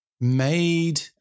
made